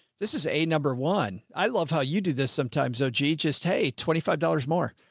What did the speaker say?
this is a number one. i love how you do this sometimes though. gee, just, hey, twenty five dollars more,